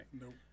Nope